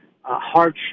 hardship